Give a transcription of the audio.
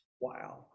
Wow